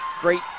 great